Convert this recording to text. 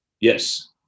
Yes